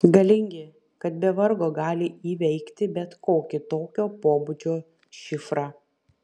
galingi kad be vargo gali įveikti bet kokį tokio pobūdžio šifrą